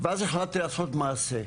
ואז החלטתי לעשות מעשה,